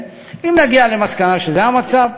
אם נגיע למסקנה שזה המצב,